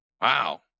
Wow